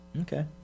Okay